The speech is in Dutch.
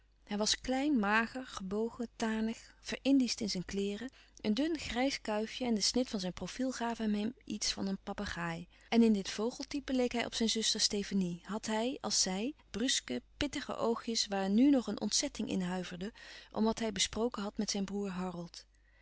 hij was klein mager gebogen tanig ver-indiescht in zijn kleêren een dun grijs kuifje en de snit van zijn profiel gaven hem iets van een papegaai en in dit vogeltype leek hij op zijn zuster stefanie had hij als zij de bruske pittige oogjes waar nu nog een louis couperus van oude menschen de dingen die voorbij gaan ontzetting in huiverde om wat hij besproken had met zijn broêr harold